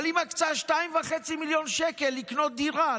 אבל היא מקצה 2.5 מיליון שקל לקנות דירה.